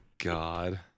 God